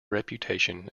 reputation